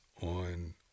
on